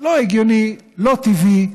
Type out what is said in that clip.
לא הגיוני, לא טבעי,